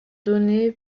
donnée